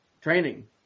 training